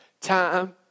Time